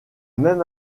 même